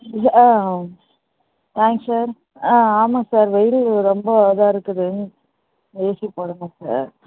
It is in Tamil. இது ஆ தேங்க்ஸ் சார் ஆ ஆமாம் சார் வெயில் ரொம்ப இதாக இருக்குது ஏசி போடுங்கள் சார்